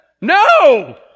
No